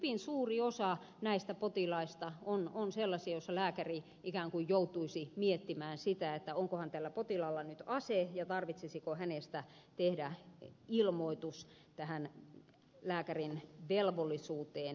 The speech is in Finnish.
hyvin suuri osa näistä potilaista on sellaisia joissa lääkäri ikään kuin joutuisi miettimään sitä onkohan tällä potilaalla nyt ase ja tarvitsisiko hänestä tehdä ilmoitus tähän lääkärin velvollisuuteen liittyen